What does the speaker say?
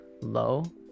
low